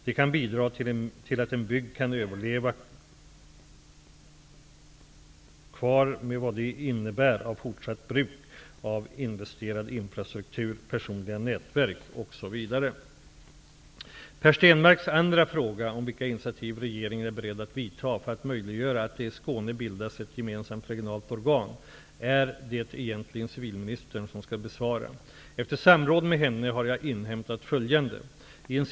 Det kan bidra till att en bygd kan överleva med vad det innebär av fortsatt bruk av investerad infrastruktur, personliga nätverk osv. Per Stenmarcks andra fråga om vilka initiativ regeringen är beredd att vidta för att möjliggöra att det i Skåne bildas ett gemensamt regionalt organ är det egentligen civilministern som skall besvara. Efter samråd med henne har jag inhämtat följande.